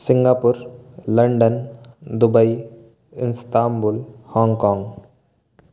Singapore London Dubai Istanbul Hong Kong